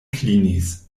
klinis